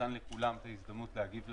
נתן לכולם את ההזדמנות להגיע להערות.